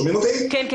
אני